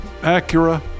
Acura